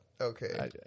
Okay